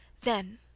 Then